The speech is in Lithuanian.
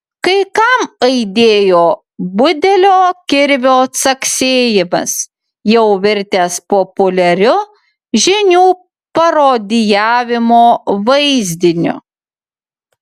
kai kam aidėjo budelio kirvio caksėjimas jau virtęs populiariu žinių parodijavimo vaizdiniu